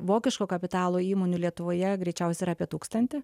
vokiško kapitalo įmonių lietuvoje greičiausiai yra apie tūkstantį